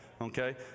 Okay